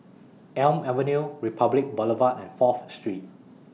Elm Avenue Republic Boulevard and Fourth Street